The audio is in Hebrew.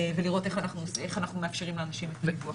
ולראות איך אנחנו מאפשרים לאנשים לדווח.